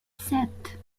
sept